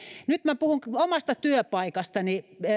nyt puhun omasta työpaikastani